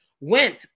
went